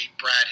Brad